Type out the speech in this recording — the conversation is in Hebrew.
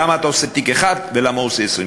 למה אתה עושה תיק אחד ולמה הוא עושה 20 תיקים.